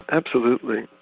absolutely.